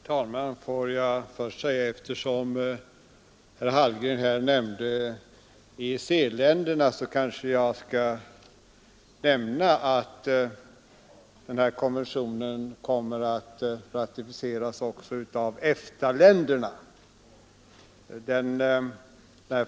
Herr talman! Får jag till att börja med säga, eftersom herr Hallgren här nämnde EEC-länderna, att konventionen kommer att ratificeras också av EFTA-länderna.